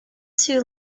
too